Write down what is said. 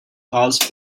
cause